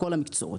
לכל המקצועות.